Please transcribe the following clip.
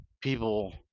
people